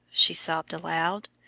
she sobbed aloud.